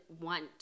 want